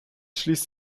schließt